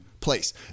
place